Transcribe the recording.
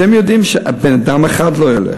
אתם יודעים שבן-אדם אחד לא ילך.